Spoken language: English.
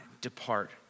depart